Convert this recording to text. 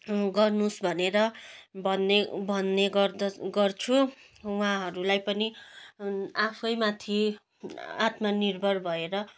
गर्नु होस् भनेर भन्ने भन्ने गर्द गर्छु उहाँहरूलाई पनि आफै माथि आत्मनिर्भर भएर